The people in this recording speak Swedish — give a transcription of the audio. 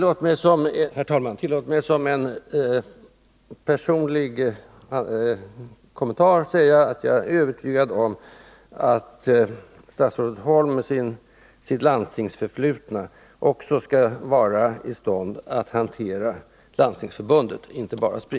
Herr talman! Tillåt mig att som en personlig kommentar säga att jag — med den kännedom jag har om statsrådet Holms förflutna — är övertygad om att statsrådet också skall vara i stånd att hantera Landstingsförbundet, inte bara Spri.